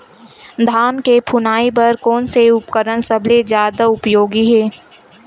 धान के फुनाई बर कोन से उपकरण सबले जादा उपयोगी हे?